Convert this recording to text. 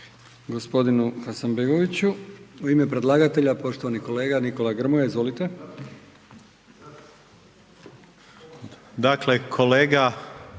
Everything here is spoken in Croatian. gospodinu Hasanbegoviću. U ime predlagatelja poštovani kolega Nikola Grmoja, izvolite.